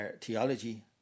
theology